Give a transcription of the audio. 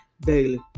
Daily